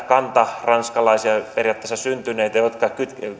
kantaranskalaisia periaatteessa ranskassa syntyneitä jotka